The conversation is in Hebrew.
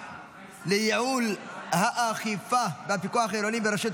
לייעול האכיפה והפיקוח העירוני ברשויות